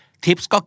tips